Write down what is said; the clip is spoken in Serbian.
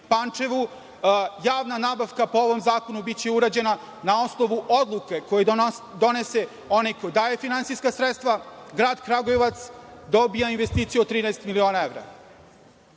Pančevu. Javna nabavka po ovom zakonu biće urađena na osnovu odluke koju donese onaj ko daje finansijska sredstva, grad Kragujevac dobija investicije od 30 miliona evra.